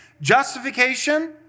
Justification